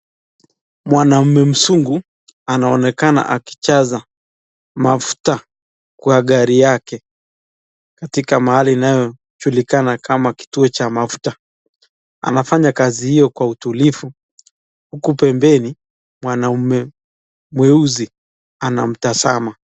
Mwanaume mzungu anaonekana akijaza mafuta kwa gari yake katika mahali inayojulikana kama kituo cha mafuta, anafanya kazi hio kwa utulivu uku pembeni mwanaume mweusi anamtazama.